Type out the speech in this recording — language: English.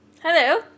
Hello